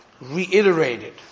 reiterated